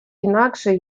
інакше